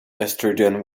estrogen